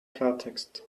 klartext